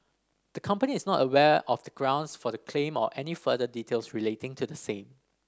the company is not aware of the grounds for the claim or any further details relating to the same